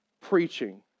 preaching